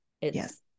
Yes